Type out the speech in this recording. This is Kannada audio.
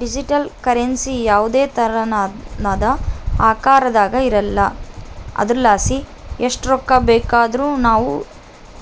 ಡಿಜಿಟಲ್ ಕರೆನ್ಸಿ ಯಾವುದೇ ತೆರನಾದ ಆಕಾರದಾಗ ಇರಕಲ್ಲ ಆದುರಲಾಸಿ ಎಸ್ಟ್ ರೊಕ್ಕ ಬೇಕಾದರೂ ನಾವು